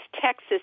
Texas